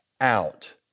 out